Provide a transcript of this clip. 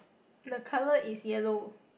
the colour is yellow